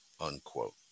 unquote